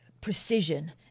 precision